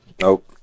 Nope